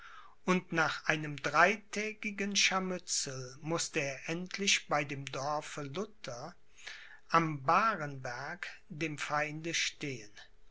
und nach einem dreitägigen scharmützel mußte er endlich bei dem dorfe lutter am barenberg dem feinde stehen